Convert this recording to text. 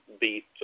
beat